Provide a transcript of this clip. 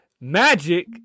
magic